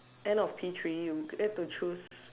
end of P-three you get to choose